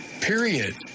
Period